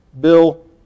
Bill